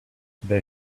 they